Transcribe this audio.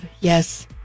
Yes